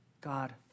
God